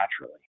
naturally